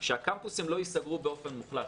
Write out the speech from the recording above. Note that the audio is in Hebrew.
שהקמפוסים לא ייסגרו באופן מוחלט.